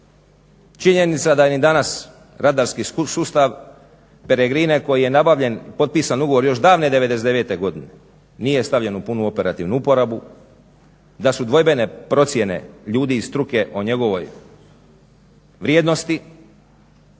Činjenica je da ni danas radarski sustav pelegrine koji je nabavljen, potpisan ugovor još davne '99. godine, nije stavljen u punu operativnu uporabu, da su dvojbene procjene ljudi iz struke o njegovoj vrijednosti.